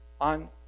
on